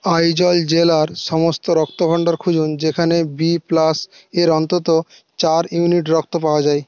আইজল জেলার সমস্ত রক্তভাণ্ডার খুঁজুন যেখানে বি প্লাস এর অন্তত চার ইউনিট রক্ত পাওয়া যায়